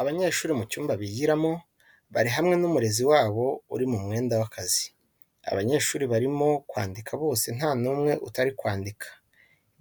Abanyeshuri mu cyumba bigiramo, bari hamwe n'umurezi wabo uri mu mwenda w'akazi. Abanyeshuri barimo kwandika bose nta n'umwe utari kwandika.